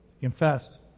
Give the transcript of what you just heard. confess